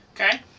Okay